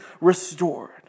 restored